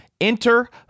Enter